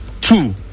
two